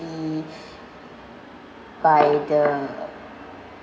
by the